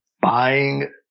buying